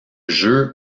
jeu